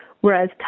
Whereas